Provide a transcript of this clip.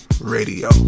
Radio